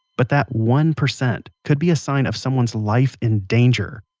but that one percent, could be a sign of someone's life in danger.